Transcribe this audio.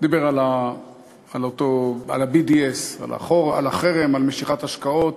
דיבר על ה-BDS, על החרם, על משיכת השקעות